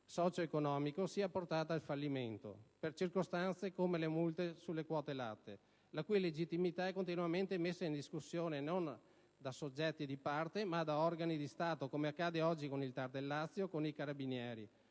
socio-economico sia portata al fallimento per circostanze, come le multe sulle quote latte, la cui legittimità è continuamente messa in discussione non da soggetti di parte ma da organi di Stato, come accade oggi con il TAR del Lazio, con i Carabinieri